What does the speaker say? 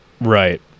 Right